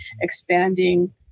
expanding